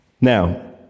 Now